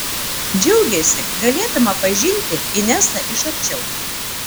džiaugėsi galėdama pažinti inesą iš arčiau